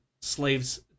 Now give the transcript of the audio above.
slaves